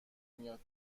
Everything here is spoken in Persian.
میاد